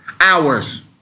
Hours